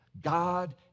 God